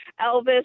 Elvis